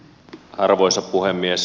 arvoisa puhemies